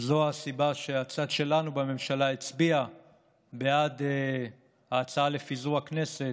וזו הסיבה שהצד שלנו בממשלה הצביע בעד ההצעה לפיזור הכנסת,